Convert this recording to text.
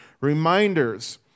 Reminders